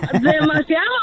Demasiado